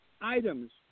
items